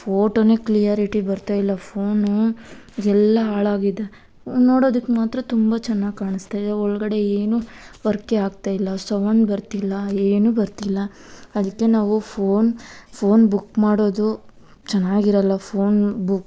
ಫೋಟೋನೇ clarity ಬರ್ತಾ ಇಲ್ಲ phone ಎಲ್ಲ ಹಾಳಾಗಿದೆ ನೋಡೋದಕ್ಕೆ ಮಾತ್ರ ತುಂಬ ಚೆನ್ನಾಗಿ ಕಾಣಿಸ್ತಾ ಇದೆ ಒಳಗಡೆ ಏನು ವರ್ಕೇ ಆಗ್ತಾ ಇಲ್ಲ ಸೌಂಡ್ ಬರ್ತಿಲ್ಲ ಏನು ಬರ್ತಿಲ್ಲ ಅದಕ್ಕೆ ನಾವು ಫೋನ್ ಫೋನ್ ಬುಕ್ ಮಾಡೋದು ಚೆನ್ನಾಗಿರಲ್ಲ ಫೋನ್ ಬುಕ್